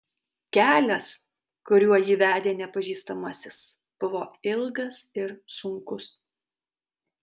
kelias kuriuo jį vedė nepažįstamasis buvo ilgas ir sunkus